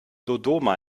dodoma